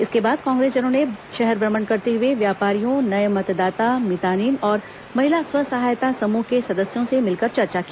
इसके बाद कांग्रेसजनों ने शहर भ्रमण करते हुए व्यापारियों नए मतदाता मितानिन और महिला स्व सहायता समूह के सदस्यों से मिलकर चर्चा की